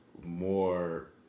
More